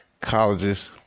colleges